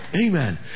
Amen